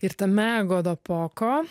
ir tame godopoko